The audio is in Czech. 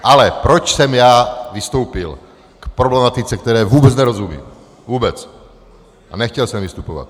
Ale proč jsem já vystoupil k problematice, které vůbec nerozumím, vůbec, a nechtěl jsem vystupovat.